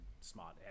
smart